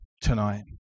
tonight